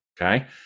okay